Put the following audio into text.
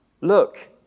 Look